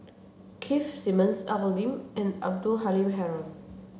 Keith Simmons Al Lim and Abdul Halim Haron